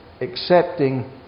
accepting